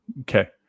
Okay